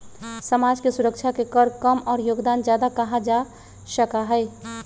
समाज के सुरक्षा के कर कम और योगदान ज्यादा कहा जा सका हई